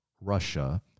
Russia